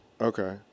Okay